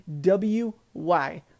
WY